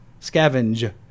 scavenge